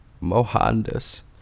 Mohandas